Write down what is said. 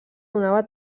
donava